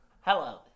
Hello